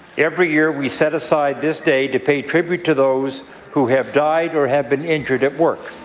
every year, we set aside this day to pay tribute to those who have died or have been injured at work.